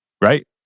Right